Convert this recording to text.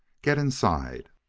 get inside!